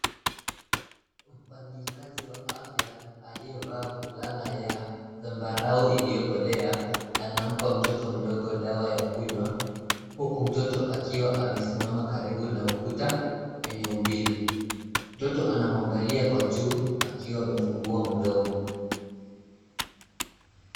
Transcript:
Mfanyikazi wa afya aliyevaa fulana ya zambarau iliyokolea anampa mtoto mdogo dawa ya kunywa huku mtoto akiwa amesimama karibu na ukuta wenye umbile, mtoto ana mwangalia kwa juu akiwa amefunguwa mdomo.